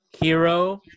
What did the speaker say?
Hero